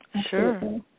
Sure